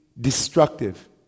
destructive